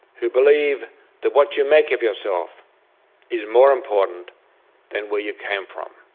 who believe that what you make of yourself is more important than where you came from.